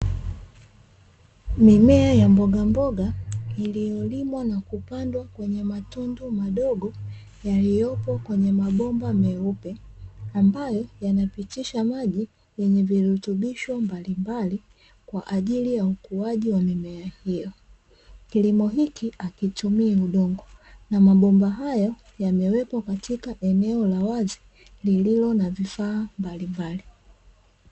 Mimea ya mbogamboga iliyolimwa na kupandwa kwenye matundu madogo yaliyopo kwenye mabomba meupe, ambayo yanapitisha maji yenye virutubisho mbalimbali kwa ajili ya ukuaji wa mimea hiyo. kilimo hiki hakitumii udongo na mabomba hayo yamewekwa katika eneo la wazi lililo na vifaa mbalimbali.